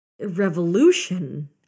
Revolution